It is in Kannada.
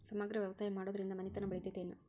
ಸಮಗ್ರ ವ್ಯವಸಾಯ ಮಾಡುದ್ರಿಂದ ಮನಿತನ ಬೇಳಿತೈತೇನು?